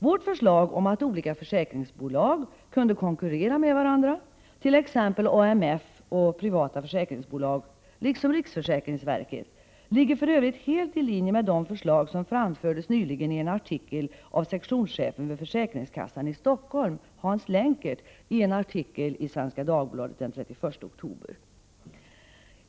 Vårt förslag om att olika försäkringsbolag kunde konkurrera med varandra, t.ex. AMF och privata försäkringsbolag, liksom riksförsäkringsverket, ligger för övrigt helt i linje med de förslag som framfördes i en artikel av sektionschefen vid försäkringskassan i Stockholm, Hans Lenkert, i en artikel i Svenska Dagbladet den 31 oktober.